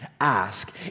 ask